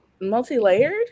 multi-layered